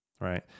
Right